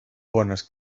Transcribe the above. bones